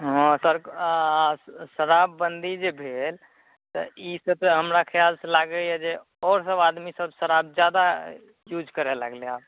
हँ सर आओर शराबबन्दी जे भेल तऽ ई से तऽ हमरा ख्याल से लागइए जे आओर सब आदमी सब शराब जादा यूज करय लगलइ आब